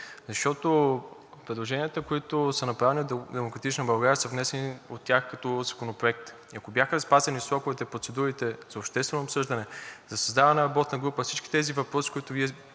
Защото предложенията, които са направени от „Демократична България“, са внесени от тях като законопроект. И ако бяха спазени сроковете и процедурите за обществено обсъждане, за създаване на работна група, всички тези въпроси, които Вие